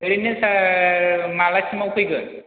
ओरैनो सार मालासिमाव फैगोन